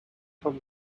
from